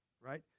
right